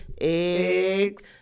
eggs